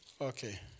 Okay